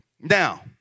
Now